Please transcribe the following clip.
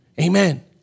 Amen